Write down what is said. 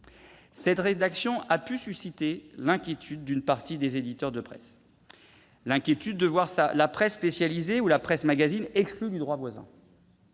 Cette rédaction a pu susciter l'inquiétude d'une partie des éditeurs de presse, laquelle craint en particulier de voir la presse spécialisée ou la presse magazine exclue du droit voisin.